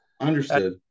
Understood